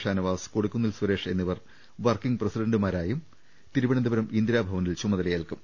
ഷാനവാസ് കൊടിക്കുന്നിൽ സുരേഷ് എന്നിവർ വർക്കിംഗ് പ്രസിഡന്റുമാരായും തിരുവനന്തപുരം ഇന്ദിരാ ഭവനിൽ ചുമതലയേൽക്കും